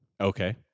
Okay